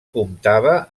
comptava